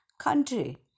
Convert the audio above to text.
country